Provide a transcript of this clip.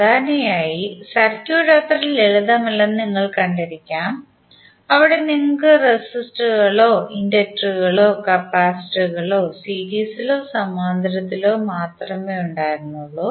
സാധാരണയായി സർക്യൂട്ട് അത്ര ലളിതമല്ലെന്ന് നിങ്ങൾ കണ്ടിരിക്കാം അവിടെ നിങ്ങൾക്ക് റെസിസ്റ്ററുകളോ ഇൻഡക്ടറുകളോ കപ്പാസിറ്ററുകളോ സീരീസിലോ സമാന്തരത്തിലോ മാത്രമേ ഉണ്ടായിരുന്നുള്ളൂ